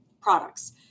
products